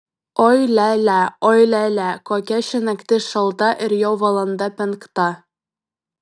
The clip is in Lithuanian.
oi lia lia oi lia lia kokia ši naktis šalta ir jau valanda penkta